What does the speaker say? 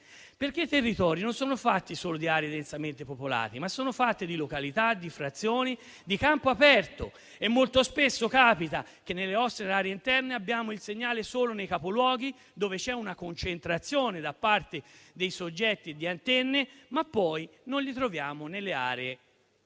I territori non sono fatti solo di aree densamente popolate, ma di località, di frazioni e di campo aperto e molto spesso capita che nelle nostre aree interne abbiamo il segnale solo nei capoluoghi, dove c'è una concentrazione di antenne, ma poi non le troviamo nelle